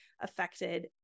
affected